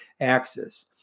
axis